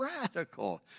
radical